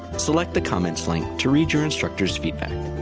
select the comments link to read your instructors feedback.